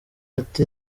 ati